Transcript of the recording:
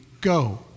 go